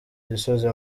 gisozi